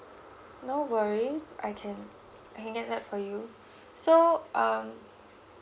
no worries I can I can get that for you so um